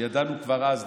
כשידענו כבר אז,